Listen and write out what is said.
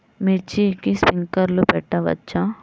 మిర్చికి స్ప్రింక్లర్లు పెట్టవచ్చా?